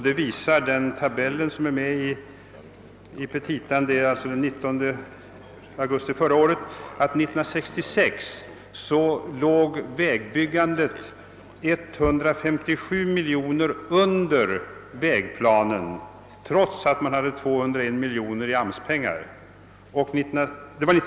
Den tabell som är införd i vägverkets petita för den 19 augusti 1968 visar att vägbyggandet 1966 låg 157 miljoner kronor under vägplanen, trots att man hade fått 201 miljoner kronor av AMS-medel.